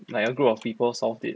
like a group of people solved it